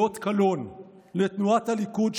היא אות קלון לתנועת הליכוד,